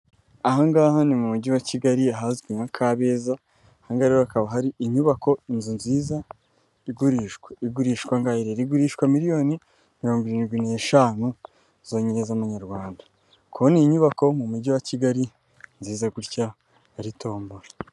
Ahaha ni mu mujyi wa Kigali ahazwi nka Kabeza ahari hakaba hari inyubako inzu nziza igurishwa igurishwaga rigurishwa miliyoni mirongo irindwi n'eshanu zongezamanyarwanda kubona iyi nyubako mu mujyi wa kigali nziza gutya aba ari tombora.